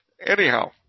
Anyhow